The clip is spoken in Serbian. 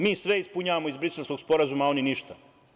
Mi sve ispunjavamo iz Briselskog sporazuma, a oni ništa.